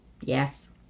Yes